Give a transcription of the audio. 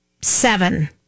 seven